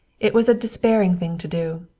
it was a despairing thing to do,